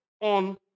on